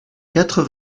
quatre